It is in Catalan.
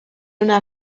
una